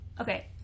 Okay